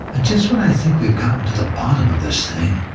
and just when i think we've gotten to the bottom of this thing,